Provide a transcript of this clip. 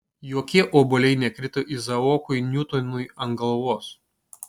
jokie obuoliai nekrito izaokui niutonui ant galvos